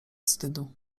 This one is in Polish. wstydu